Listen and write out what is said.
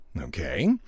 Okay